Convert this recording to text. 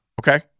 Okay